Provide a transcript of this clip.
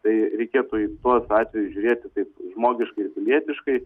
tai reikėtų į tuos atvejus žiūrėti taip žmogiškai ir pilietiškai